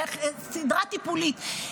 סדרה טיפולית.